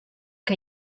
que